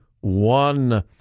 one